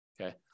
Okay